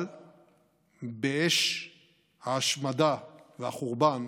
אבל באש ההשמדה והחורבן